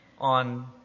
on